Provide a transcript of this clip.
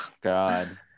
God